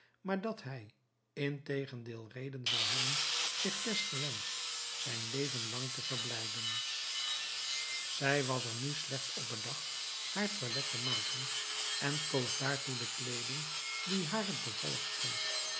maar dat hij integendeel reden zou hebben zich deswegens zijn leven lang te verblijden zij was er nu slechts op bedacht haar toilet te maken en koos daartoe de kleeding die haar het bevalligst stond